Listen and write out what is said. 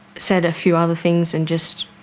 said a few other things and just